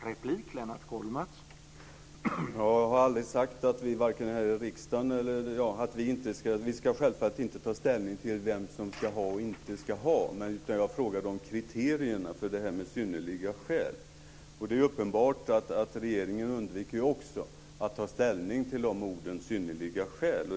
Herr talman! Jag har aldrig sagt annat än att vi här i riksdagen självfallet inte ska ta ställning till vem som ska ha och inte ska ha, utan jag frågade om kriterierna för "synnerliga skäl". Det är uppenbart att regeringen undviker att ta ställning till orden synnerliga skäl.